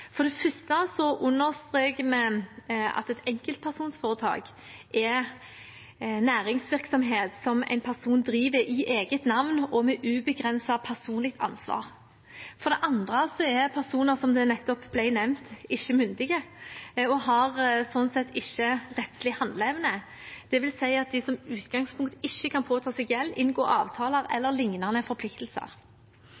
For det første understreker vi at et enkeltpersonforetak er næringsvirksomhet som en person driver i eget navn og med ubegrenset personlig ansvar. For det andre er personer som nettopp ble nevnt, ikke myndige og har sånn sett ikke rettslig handleevne. Det vil si at de som utgangspunkt ikke kan påta seg gjeld, inngå avtaler